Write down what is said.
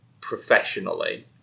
professionally